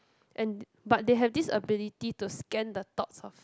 and but they have this ability to scan the thoughts of